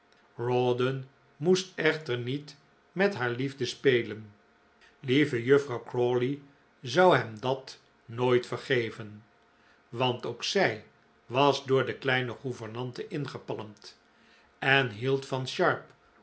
rawdon moest echter niet met haar liefde spelen lieve juffrouw crawley zou hem dat nooit vergeven want ook zij was door de kleine gouvernante ingepalmd en hield van sharp